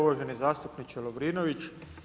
Uvaženi zastupniče Lovrinović.